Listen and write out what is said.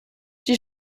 die